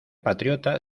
patriota